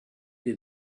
des